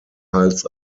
hals